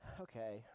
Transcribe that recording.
Okay